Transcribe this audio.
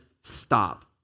stop